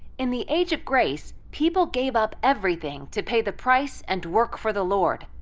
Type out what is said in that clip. in the age of grace, people gave up everything to pay the price and work for the lord.